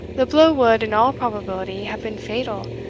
the blow would in all probability have been fatal,